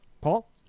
Paul